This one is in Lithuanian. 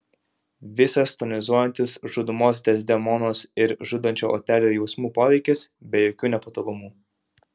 visas tonizuojantis žudomos dezdemonos ir žudančio otelo jausmų poveikis be jokių nepatogumų